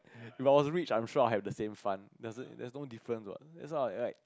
if I was rich I'm sure I have the same fun there's no there's no difference what that's not like